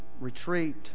retreat